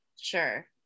Sure